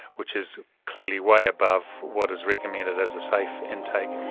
which is clearly way above what is recommended as a safe intake.